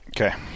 Okay